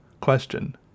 question